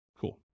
Cool